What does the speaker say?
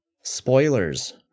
spoilers